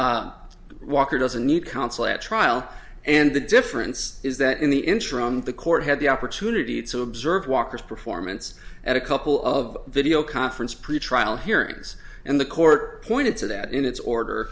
well walker doesn't need counsel at trial and the difference is that in the interim the court had the opportunity to observe walker's performance at a couple of video conference pretrial hearings and the court pointed to that in its order